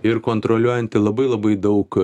ir kontroliuojanti labai labai daug